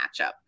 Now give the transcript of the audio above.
matchup